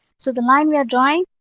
so the line we are drawing,